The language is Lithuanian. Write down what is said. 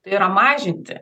tai yra mažinti